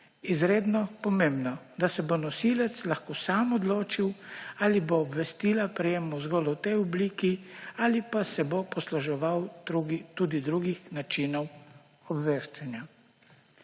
izredno pomembno, da se bo nosilec lahko sam odločil, ali bo obvestila prejemal zgolj v tej obliki ali pa se bo posluževal tudi drugih načinov obveščanja.